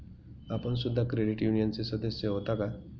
आपण सुद्धा क्रेडिट युनियनचे सदस्य होता का?